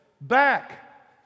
back